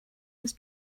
was